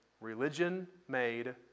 religion-made